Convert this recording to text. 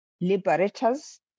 liberators